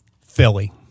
Philly